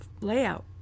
layout